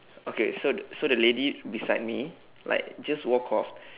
okay so so the lady beside me like just walk off